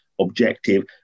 objective